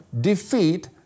defeat